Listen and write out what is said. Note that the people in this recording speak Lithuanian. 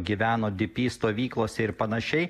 gyveno dp stovyklose ir panašiai